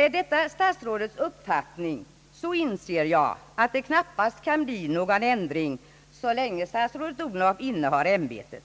Är detta statsrådets uppfattning, så inser jag att det knappast kan bli någon ändring så länge statsrådet Odhnoff innehar ämbetet.